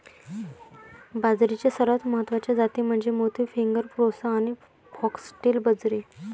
बाजरीच्या सर्वात महत्वाच्या जाती म्हणजे मोती, फिंगर, प्रोसो आणि फॉक्सटेल बाजरी